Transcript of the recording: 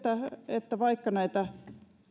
että vaikka näitä